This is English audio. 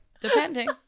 Depending